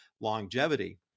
longevity